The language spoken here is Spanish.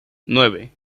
nueve